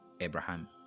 Abraham